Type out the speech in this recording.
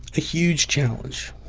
a huge challenge.